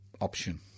option